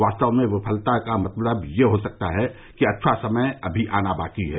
वास्तव में विफलता का मतलब यह हो सकता है कि अच्छा समय अभी आना बाकी है